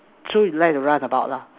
so you like to run about lah